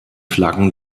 flaggen